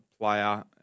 player